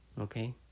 Okay